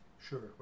Sure